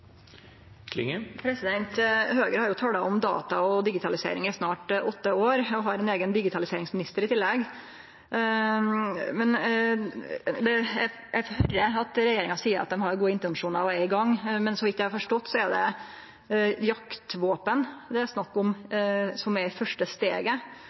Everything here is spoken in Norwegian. Høgre har jo tala om data og digitalisering i snart åtte år, og har ein eigen digitaliseringsminister i tillegg. Eg høyrer regjeringa seie at dei har gode intensjonar og er i gang, men så vidt eg har forstått, er det jaktvåpen det er snakk om som er det første steget